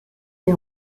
des